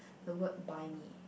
the word buy me